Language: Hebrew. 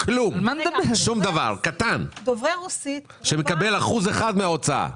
כלום, שום דבר, קטן, שמקבל אחוז אחד מההוצאה.